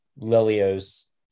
Lilio's